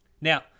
Now